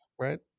right